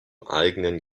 eigenen